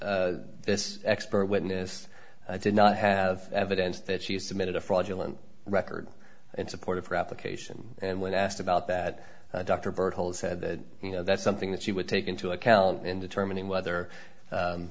that this expert witness did not have evidence that she submitted a fraudulent record in support of her application and when asked about that dr bird told said that you know that's something that she would take into account in determining whether